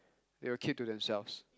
they will keep to themselves